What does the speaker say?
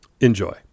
Enjoy